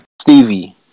Stevie